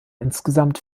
insgesamt